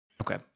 Okay